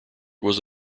was